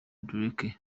drake